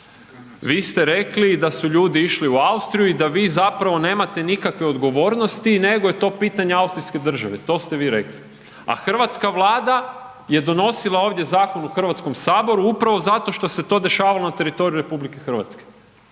vi ste rekli da su ljudi išli u Austriju i da vi zapravo nemate nikakve odgovornosti nego je to pitanje austrijske države, to ste vi rekli, a hrvatska Vlada je donosila ovdje zakon u HS upravo zato što se to dešavalo na teritoriju RH. Te austrijske